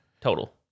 total